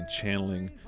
channeling